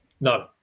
No